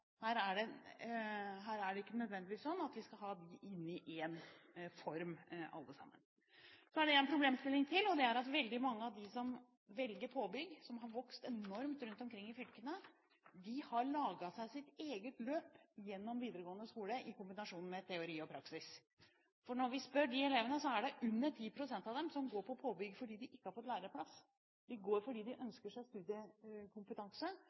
Her er det ikke nødvendigvis sånn at vi skal ha dem alle sammen inn i én form. Så er det en problemstilling til, og det er at veldig mange av dem som velger påbygg – som har vokst enormt rundt omkring i fylkene – har laget sitt eget løp gjennom videregående skole med en kombinasjon av teori og praksis, for når vi spør de elevene, er det under 10 pst. av dem som går på påbygg fordi de ikke har fått lærlingplass. De går der fordi de ønsker seg studiekompetanse,